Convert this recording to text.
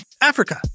Africa